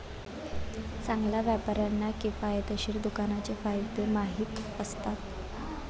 चांगल्या व्यापाऱ्यांना किफायतशीर दुकानाचे फायदे माहीत असतात